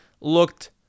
looked